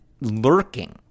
lurking